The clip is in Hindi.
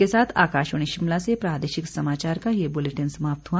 इसी के साथ आकाशवाणी शिमला से प्रादेशिक समाचार का ये बुलेटिन समाप्त हुआ